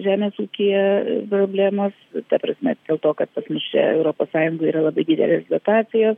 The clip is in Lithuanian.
žemės ūkyje problemos ta prasme dėl to kad pas mus čia europos sąjungoj yra labai didelės dotacijos